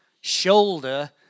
shoulder